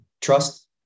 trust